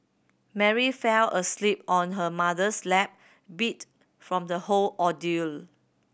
Mary fell asleep on her mother's lap beat from the whole ordeal